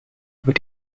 with